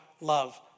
love